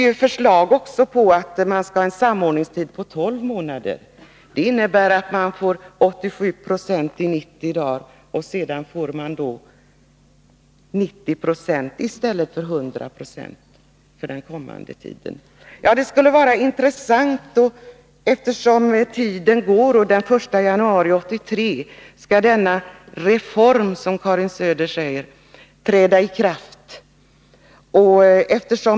Det föreligger också förslag om en samordningstid på tolv månader. Det betyder en ersättning med 87 90 under 90 dagar och 90 96 för den återstående sjukdomstiden i stället för, som nu, 100 96. Den 1 januari 1983 skall denna reform, som Karin Söder säger, träda i kraft.